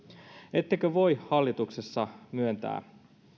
ettekö voi hallituksessa myöntää